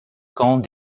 camp